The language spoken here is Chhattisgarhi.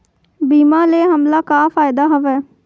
बीमा ले हमला का फ़ायदा हवय?